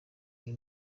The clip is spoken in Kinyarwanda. iyi